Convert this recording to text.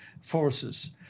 forces